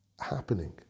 happening